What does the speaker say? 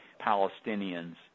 Palestinians